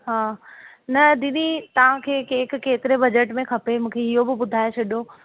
हा न दीदी तव्हांखे केक कहिड़े बजट में खपे इहो बि ॿुधाइ छॾियो